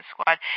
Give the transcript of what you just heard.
squad